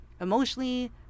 emotionally